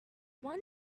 one